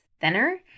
thinner